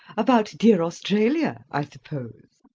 about dear australia, i suppose?